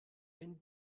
wenn